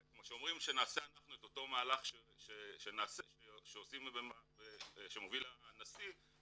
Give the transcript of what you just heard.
כשאומרים שאנחנו נעשה את אותו מהלך שמוביל הנשיא,